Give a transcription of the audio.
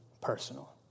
personal